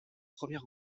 premier